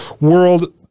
world